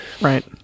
Right